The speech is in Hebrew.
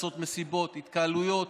לעשות מסיבות, התקהלויות.